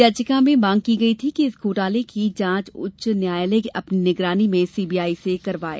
याचिका में मांग की गयी थी कि इस घोटाले की जांच उच्च न्यायालय अपनी निगरानी में सीबीआई से करवाए